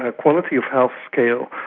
ah quality of health scale.